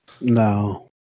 No